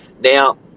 Now